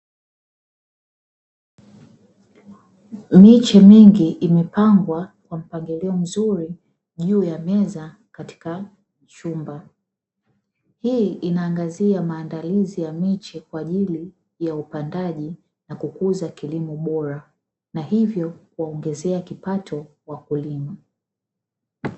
Miche mingi imepangwa kwa mpangilio mzuri juu ya meza katika chumba. Hii inaangazia maandalizi ya miche kwa ajili ya upandaji na kukuza kilimo bora na hivyo huwaongezea kipato wakulima.